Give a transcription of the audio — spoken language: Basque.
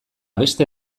beste